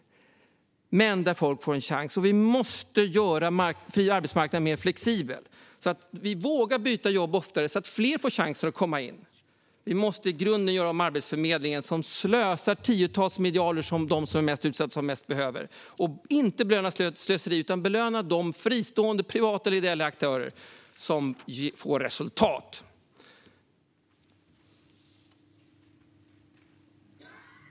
Men folk får en chans. Vi måste göra den fria arbetsmarknaden mer flexibel så att vi vågar byta jobb oftare och fler får chansen att komma in. Vi måste i grunden göra om Arbetsförmedlingen, som slösar tiotals miljarder som de mest utsatta bäst behöver, och inte belöna slöseri. I stället måste vi belöna de fristående, privata eller ideella aktörer som får resultat.